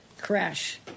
crash